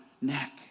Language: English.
neck